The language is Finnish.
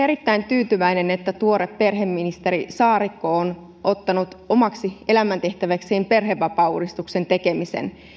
erittäin tyytyväinen että tuore perheministeri saarikko on ottanut omaksi elämäntehtäväkseen perhevapaauudistuksen tekemisen